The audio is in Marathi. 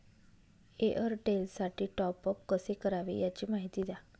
एअरटेलसाठी टॉपअप कसे करावे? याची माहिती द्या